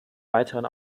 weiteren